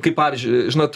kaip pavyzdžiui žinot